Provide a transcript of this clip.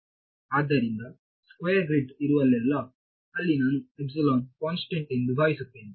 ಆದ್ದರಿಂದ square grid ಇರುವಲ್ಲೆಲ್ಲಾ ಅಲ್ಲಿ ನಾನು ಕಾನ್ಸ್ಟೆಂಟ್ ಎಂದು ಭಾವಿಸುತ್ತೇನೆ